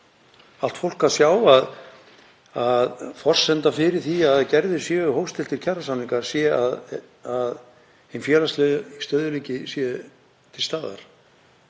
allt fólk að sjá, að forsendan fyrir því að gerðir séu hófstilltir kjarasamningar er að hinn félagslegi stöðugleiki sé til staðar.